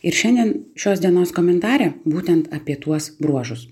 ir šiandien šios dienos komentare būtent apie tuos bruožus